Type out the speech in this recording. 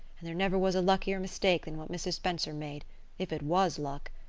and there never was a luckier mistake than what mrs. spencer made if it was luck.